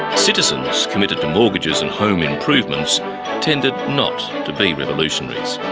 citizens committed to mortgages and home improvements tended not to be revolutionaries.